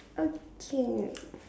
okay